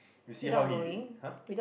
you see how he !huh!